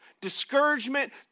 discouragement